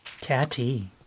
Catty